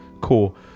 Cool